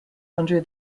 under